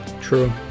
True